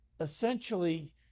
essentially